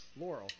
Laurel